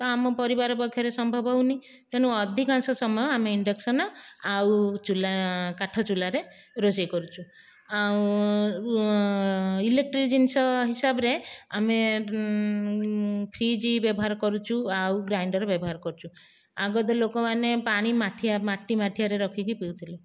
ତ ଆମ ପରିବାର ପକ୍ଷରେ ସମ୍ଭବ ହେଉନି ତେଣୁ ଅଧିକାଂଶ ସମୟ ଆମେ ଇଣ୍ଡକ୍ସନ୍ ଆଉ ଚୁଲ୍ହା କାଠ ଚୁଲ୍ହାରେ ରୋଷେଇ କରୁଛୁ ଆଉ ଇଲେକ୍ଟ୍ରି ଜିନିଷ ହିସାବରେ ଆମେ ଫ୍ରିଜ୍ ବ୍ୟବହାର କରୁଛୁ ଆଉ ଗ୍ରାଇଣ୍ଡର୍ ବ୍ୟବହାର କରୁଛୁ ଆଗେ ତ ଲୋକ ପାଣି ମାଠିଆରେ ମାଟି ମାଠିଆରେ ରଖିକି ପିଉଥିଲେ